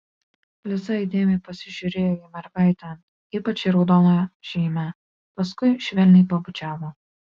liza įdėmiai pasižiūrėjo į mergaitę ypač į raudoną žymę paskui švelniai pabučiavo